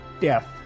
death